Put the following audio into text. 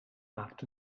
maakt